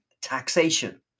taxation